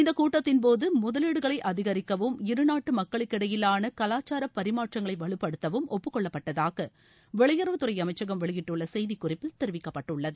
இந்தக் கூட்டத்தின் போது முதலீடுகளை அதிகரிக்கவும் இருநாட்டு மக்களுக்கிடையிலான கலாச்சார பரிமாற்றங்களை வலுப்படுத்தவும் ஒப்புக்கொள்ளப்பட்டதாக வெளியுறவுத் குறை அமைச்சகம் வெளியிட்டுள்ள செய்திகுறிப்பில் தெரிவிக்கப்பட்டுள்ளது